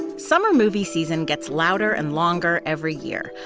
summer movie season gets louder and longer every year.